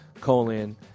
colon